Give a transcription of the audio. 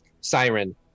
siren